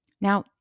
Now